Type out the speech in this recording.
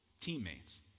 teammates